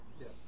Yes